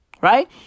right